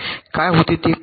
काय होते ते पाहूया